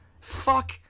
Fuck